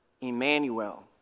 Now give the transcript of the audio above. Emmanuel